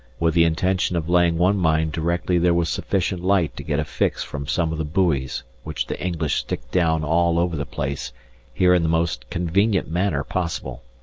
with the intention of laying one mine directly there was sufficient light to get a fix from some of the buoys which the english stick down all over the place here in the most convenient manner possible.